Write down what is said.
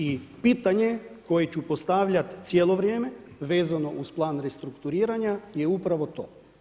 I pitanje koje ću postavljat cijelo vrijeme vezano uz plan restrukturiranja je upravo to.